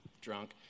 drunk